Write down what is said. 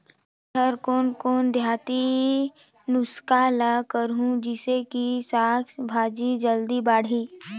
मै हर कोन कोन देहाती नुस्खा ल करहूं? जिसे कि साक भाजी जल्दी बाड़ही?